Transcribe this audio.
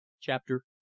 Chapter